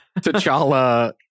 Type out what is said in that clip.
T'Challa